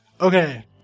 okay